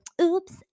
oops